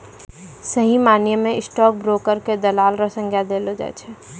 सही मायना म स्टॉक ब्रोकर क दलाल र संज्ञा देलो जाय छै